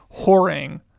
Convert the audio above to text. whoring